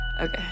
Okay